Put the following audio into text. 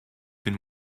been